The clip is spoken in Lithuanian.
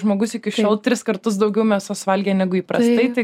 žmogus iki šiol tris kartus daugiau mėsos valgė negu įprastai tai